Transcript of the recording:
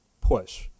push